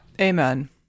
Amen